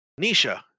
nisha